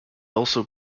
also